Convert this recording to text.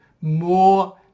more